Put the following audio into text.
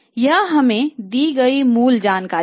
यह हमें दी गई मूल जानकारी है